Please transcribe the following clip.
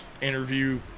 Interview